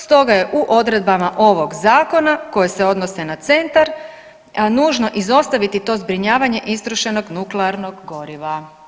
Stoga je u odredbama ovog zakona koje se odnose na centar, a nužno izostaviti to zbrinjavanje istrošenog nuklearnog goriva.